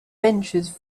vented